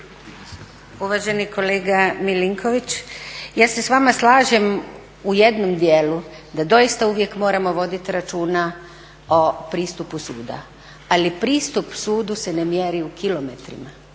Uvaženi kolega Milinković, ja se s vama slažem u jednom djelu da doista uvijek moramo voditi računa o pristupu suda, ali pristup sudu se ne mjeri u kilometrima,